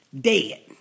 Dead